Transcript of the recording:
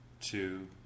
two